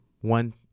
one